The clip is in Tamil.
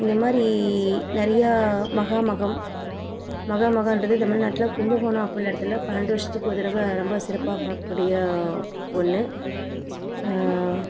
இந்த மாதிரி நிறைய மகா மகம் மகா மகம் என்பது தமிழ்நாட்டில் கும்பகோணம் அப்பிடின்னு இடத்துல பன்னெண்டு வருஷத்துக்கு ஒரு தடவ ரொம்ப சிறப்பாக கொண்டாடக்கூடிய ஒன்று